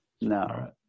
no